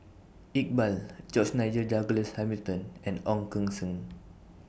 Iqbal George Nigel Douglas Hamilton and Ong Keng Sen